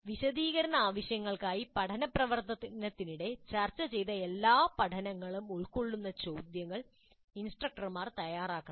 വിശദീകരണ ആവശ്യങ്ങൾക്കായി പഠന പ്രവർത്തനത്തിനിടെ ചർച്ചചെയ്ത എല്ലാ പഠനങ്ങളും ഉൾക്കൊള്ളുന്ന ചോദ്യങ്ങൾ ഇൻസ്ട്രക്ടർമാർ തയ്യാറാക്കണം